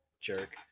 Jerk